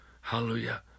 Hallelujah